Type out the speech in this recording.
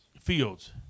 Fields